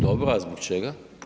Dobro, a zbog čega?